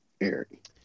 Eric